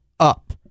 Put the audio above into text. up